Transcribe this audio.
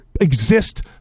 exist